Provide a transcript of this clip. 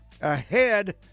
ahead